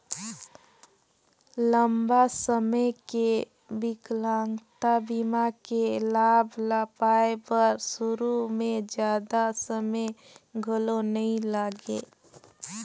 लंबा समे के बिकलांगता बीमा के लाभ ल पाए बर सुरू में जादा समें घलो नइ लागे